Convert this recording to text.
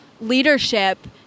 leadership